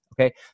Okay